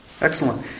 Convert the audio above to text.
Excellent